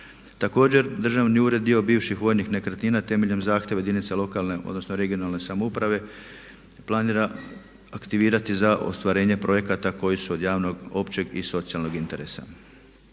Također Državni ured dio bivših vojnih nekretnina temeljem zahtjeva jedinica lokalne, odnosno regionalne samouprave planira aktivirati za ostvarenje projekata koji su od javnog općeg i socijalnog interesa.